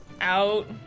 out